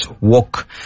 Walk